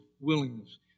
willingness